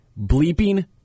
Bleeping